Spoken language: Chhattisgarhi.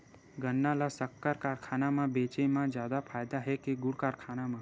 गन्ना ल शक्कर कारखाना म बेचे म जादा फ़ायदा हे के गुण कारखाना म?